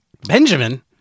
Benjamin